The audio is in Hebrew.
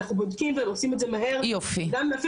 אנחנו בודקים ועושים את זה מהר גם אפילו